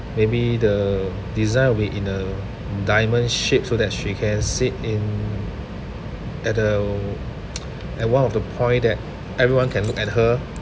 maybe the design will be in a diamond shape so that she can sit in at the at one of the point that everyone can look at her